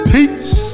Peace